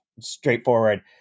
straightforward